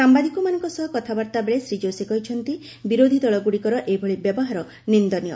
ସାମ୍ଭାଦିକମାନଙ୍କ ସହ କଥାବାର୍ତାବେଳେ ଶୀ ଯୋଶୀ କହିଛନ୍ତି ବିରୋଧୀଦଳଗୁଡିକର ଏଭଳି ବ୍ୟବହାର ନିନ୍ଦନୀୟ